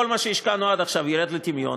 כל מה שהשקענו עד עכשיו ירד לטמיון,